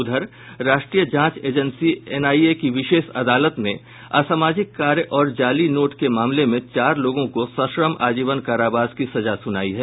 उधर राष्ट्रीय जांच एजेंसी एनआईए की विशेष अदालत ने असामाजिक कार्य और जाली नोट के मामले में चार लोगों को सश्रम आजीवन कारावास की सजा सुनाई है